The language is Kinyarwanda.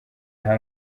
aha